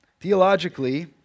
Theologically